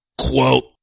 Quote